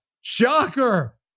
Shocker